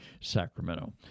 Sacramento